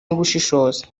n’ubushishozi